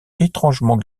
étrangement